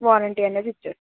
warranty అనేది ఇస్తాము